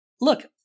Look